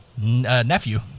nephew